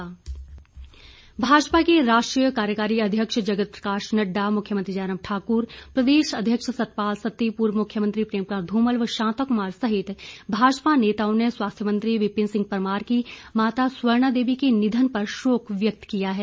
शोक भाजपा के राष्ट्रीय कार्यकारी अध्यक्ष जगत प्रकाश नड्डा मुख्यमंत्री जयराम ठाकुर प्रदेश अध्यक्ष सतपाल सत्ती पूर्व मुख्यमंत्री प्रेम कुमार धूमल व शांता कुमार सहित भाजपा नेताओं ने स्वास्थ्य मंत्री विपिन सिंह परमार की माता स्वर्णा देवी के निधन पर शोक व्यक्त किया है